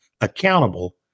accountable